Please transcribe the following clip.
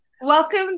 welcome